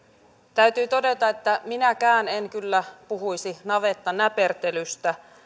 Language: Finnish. täytyy todeta että minäkään en kyllä puhuisi navettanäpertelystä